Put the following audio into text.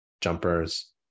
jumpers